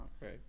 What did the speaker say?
Right